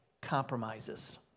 compromises